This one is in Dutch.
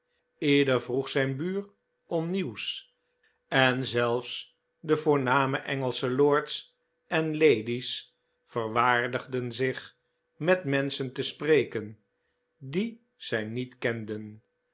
ieder vroeg zijn buur om nieuws en zelfs de voorname engelsche lords en ladies verwaardigden zich met menschen te spreken die zij niet kenden